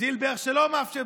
זילבר שלא מאפשרת.